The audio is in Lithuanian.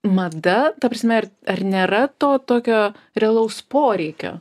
mada ta prasme ar ar nėra to tokio realaus poreikio